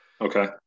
okay